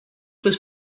was